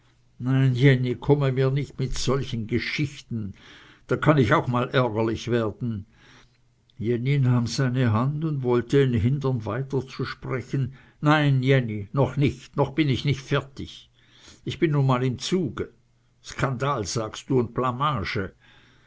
komme mir nicht mit solchen geschichten da kann ich auch mal ärgerlich werden jenny nahm seine hand und wollte ihn hindern weiterzusprechen nein jenny noch nicht noch bin ich nicht fertig ich bin nun mal im zuge skandal sagst du und blamage